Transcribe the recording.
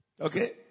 Okay